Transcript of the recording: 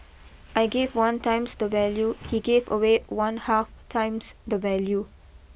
I gave one times the value he gave away one half times the value